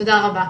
תודה רבה.